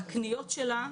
והקניות שלה,